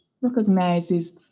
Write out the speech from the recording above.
recognizes